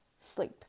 sleep